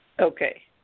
Okay